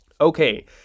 Okay